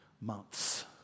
months